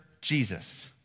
Jesus